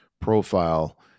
profile